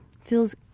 feels